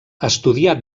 estudià